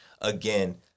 again